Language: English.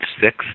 six